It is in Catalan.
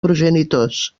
progenitors